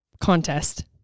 contest